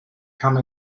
come